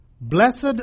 Blessed